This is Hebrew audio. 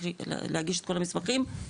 להגיש את כל המסמכים,